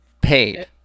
Paid